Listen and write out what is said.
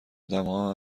ادمها